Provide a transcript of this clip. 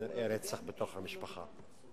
כנראה בתוך המשפחה.